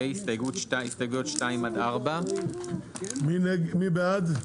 הסתייגויות 2 עד 4. מי בעד?